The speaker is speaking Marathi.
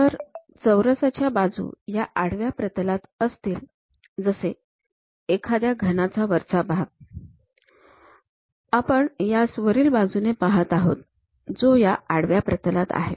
जर चौरसाच्या बाजू ह्या आडव्या प्रतलात असतील जसे एखाद्या घनाचा वरचा भाग आपण यास वरील बाजूने पाहत आहोत जो या आडव्या प्रतलात आहे